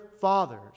fathers